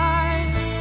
eyes